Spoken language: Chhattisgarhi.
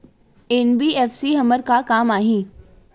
एन.बी.एफ.सी हमर का काम आही?